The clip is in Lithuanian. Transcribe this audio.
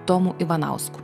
tomu ivanausku